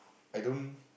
I don't